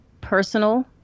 personal